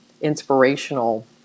inspirational